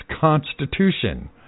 Constitution